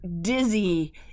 dizzy